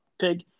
pig